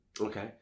Okay